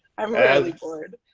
i'm really bored.